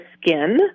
skin